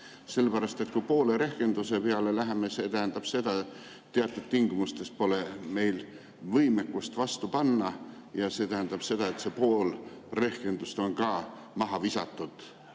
Sellepärast et kui poole rehkenduse peale läheme, siis see tähendab seda, et teatud tingimustes pole meil võimekust vastu panna, ja see tähendab seda, et see pool rehkendust on ka maha visatud